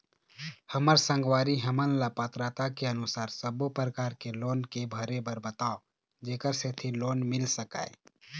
हमर संगवारी हमन ला पात्रता के अनुसार सब्बो प्रकार के लोन के भरे बर बताव जेकर सेंथी लोन मिल सकाए?